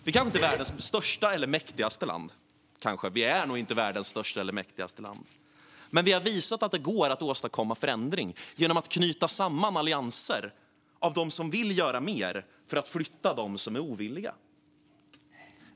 Vi kanske inte är världens största eller mäktigaste land, men vi har visat att det går att åstadkomma förändring genom att knyta samman allianser av dem som vill göra mer för att förflytta dem som är ovilliga.